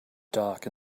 dark